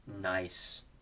nice